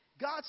God